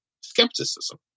Skepticism